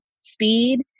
speed